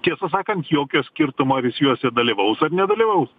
tiesą sakant jokio skirtumo ar jis juose dalyvaus ar nedalyvaus